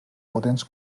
potents